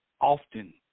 often